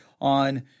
on